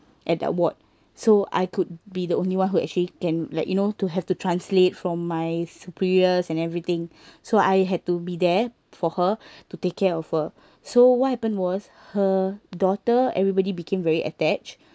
at that ward so I could be the only one who actually can like you know to have to translate from my superiors and everything so I had to be there for her to take care of her so what happened was her daughter everybody became very attached